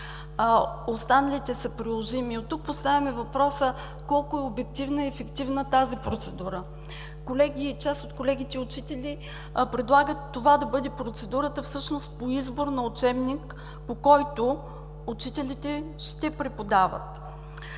останалите са приложими. От тук поставяме въпроса: колко е обективна и ефективна тази процедура? Част от колегите учители предлагат това всъщност да бъде процедурата по избор на учебник, по който учителите ще преподават.